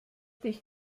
dich